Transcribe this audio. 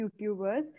YouTubers